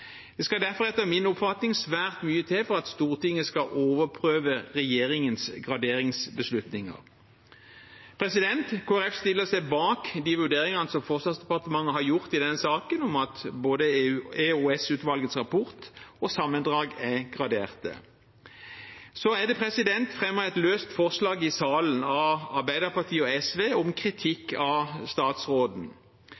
Det skal derfor etter min oppfatning svært mye til for at Stortinget skal overprøve regjeringens graderingsbeslutninger. Kristelig Folkeparti stiller seg bak de vurderingene som Forsvarsdepartementet har gjort i denne saken, om at både EOS-utvalgets rapport og sammendraget er gradert. Så er det fremmet et løst forslag i salen av Arbeiderpartiet og SV om